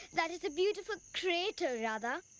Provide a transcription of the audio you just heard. that is a beautiful crater, radha.